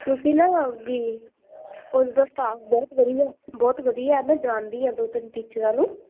ਤੁਸੀਂ ਨਾ ਵੀ ਉਸ ਦਾ ਸਟਾਫ ਬਹੁਤ ਵਧੀਆ ਬਹੁਤ ਵਧੀਆ ਮੈਂ ਜਾਣਦੀ ਹਾਂ ਦੋ ਤਿੰਨ ਟੀਚਰਾਂ ਨੂੰ